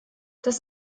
das